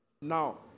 Now